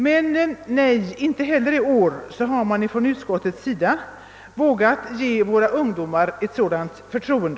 Men nej — inte heller i år har utskottet vågat ge våra ungdomar detta förtroende.